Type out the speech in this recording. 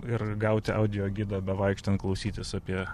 ir gauti audiogidą bevaikštant klausytis apie